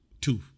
Two